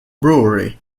brewery